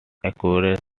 occurred